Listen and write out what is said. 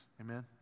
Amen